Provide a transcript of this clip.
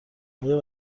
آیا